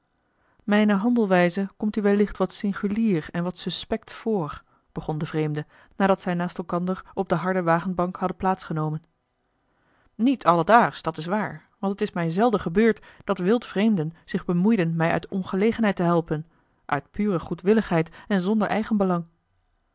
mijne handelwijze komt u wellicht wat singulier en wat suspect voor begon de vreemde nadat zij naast elkander op de harde wagenbank hadden plaats genomen niet alledaagsch dat is waar want het is mij zelden gebeurd dat wild vreemden zich bemoeiden mij uit ongelegenheid te helpen uit pure goedwilligheid en zonder